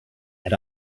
and